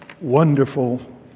wonderful